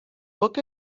book